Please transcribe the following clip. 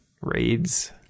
raids